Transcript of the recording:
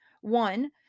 One